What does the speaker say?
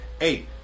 eight